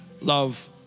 Love